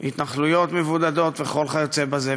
התנחלויות מבודדות וכיוצא בזה,